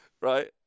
right